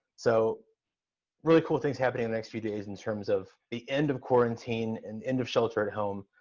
so really cool things happening the next few days in terms of the end of quarantine, and end of shelter at home,